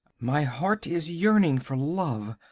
my heart is yearning for love!